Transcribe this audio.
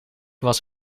was